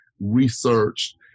researched